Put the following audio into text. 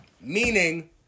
Meaning